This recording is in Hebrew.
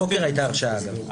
הבוקר הייתה הרשעה, אגב.